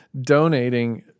donating